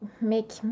make